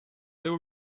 there